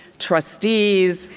trustees,